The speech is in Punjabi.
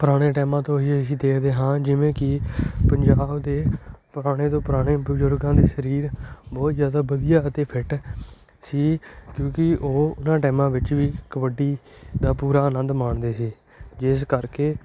ਪੁਰਾਣੇ ਟਾਈਮਾਂ ਤੋਂ ਅਸੀਂ ਅਸੀਂ ਦੇਖਦੇ ਹਾਂ ਜਿਵੇਂ ਕਿ ਪੰਜਾਬ ਦੇ ਪੁਰਾਣੇ ਤੋਂ ਪੁਰਾਣੇ ਬਜ਼ੁਰਗਾਂ ਦੇ ਸਰੀਰ ਬਹੁਤ ਜ਼ਿਆਦਾ ਵਧੀਆ ਅਤੇ ਫਿੱਟ ਸੀ ਕਿਉਂਕਿ ਉਹ ਉਹਨਾਂ ਟਾਈਮਾਂ ਵਿੱਚ ਵੀ ਕਬੱਡੀ ਦਾ ਪੂਰਾ ਆਨੰਦ ਮਾਣਦੇ ਸੀ ਜਿਸ ਕਰਕੇ